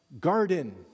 garden